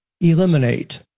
eliminate